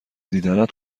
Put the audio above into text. دیدنت